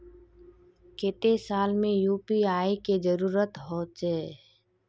केते साल में यु.पी.आई के जरुरत होचे?